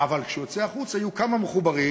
אבל כשהוא יצא החוצה יהיו כמה מחוברים,